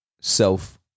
self